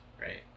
right